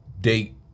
date